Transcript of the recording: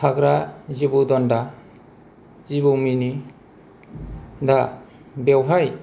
थाग्रा जिबौ दन्दा जिबौ मिनि दा बेवहाय